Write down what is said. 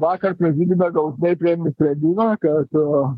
vakar prezidiume galutinai priėmėm sprendimą kad